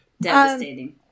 devastating